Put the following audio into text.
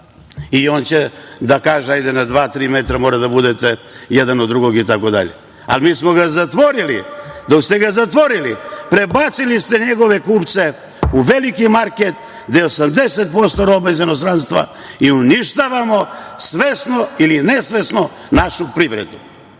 I on će da kaže - na dva, tri metra mora da budete jedan od drugog itd, ali mi smo ga zatvorili. Dok ste ga zatvorili, prebacili ste njegove kupce u veliki market, gde je 80% robe iz inostranstva i uništavamo svesno ili nesvesno našu privredu. Molim